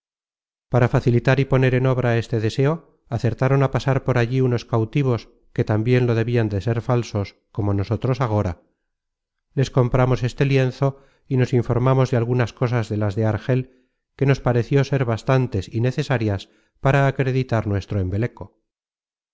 para facilitar y poner en obra este deseo acertaron á pasar por allí unos cautivos que tambien lo debian de ser falsos como nosotros agora les compramos este lienzo y nos informamos de algunas cosas de las de argel que nos pareció ser bastantes y necesarias para acreditar nuestro embeleco